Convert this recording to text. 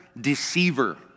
deceiver